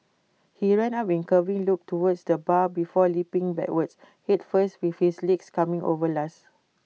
he ran up in curving loop towards the bar before leaping backwards Head first with his legs coming over last